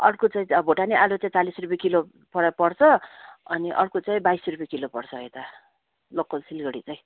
अर्को चाहिँ छ भोटाने आलु चाहिँ चालिस रुपियाँ किलो गरेर पर्छ अनि अर्को चाहिँ बाइस रुपियाँ किलो पर्छ यता लोकल सिलगढी चाहिँ